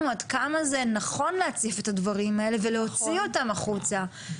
עד כמה נכון להציף את הדברים האלה ולהוציא אותם החוצה.